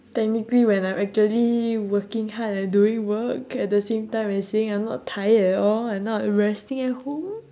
technically when I'm actually working hard and doing work at the same time and saying I'm not tired at all and not resting at home